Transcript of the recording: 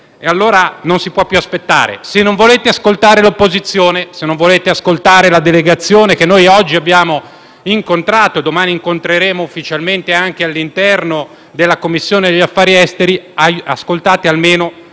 Maduro. Non si può più aspettare, dunque, e, se non volete ascoltare l'opposizione, se non volete ascoltare la delegazione che oggi abbiamo incontrato e domani incontreremo ufficialmente anche all'interno della Commissione affari esteri, ascoltate almeno